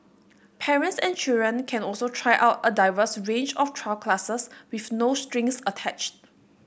parents and children can also try out a diverse range of trial classes with no strings attached